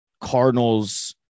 Cardinals